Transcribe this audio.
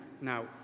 now